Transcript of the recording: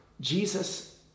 Jesus